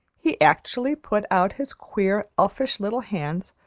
he actually put out his queer, elfish little hands,